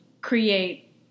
create